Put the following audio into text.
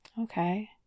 okay